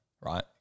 Right